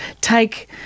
take